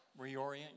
reorient